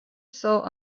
saw